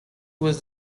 was